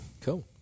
cool